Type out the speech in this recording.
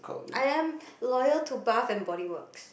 I am loyal to Bath and Body Works